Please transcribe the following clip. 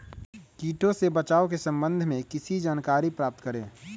किटो से बचाव के सम्वन्ध में किसी जानकारी प्राप्त करें?